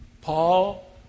Paul